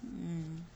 mm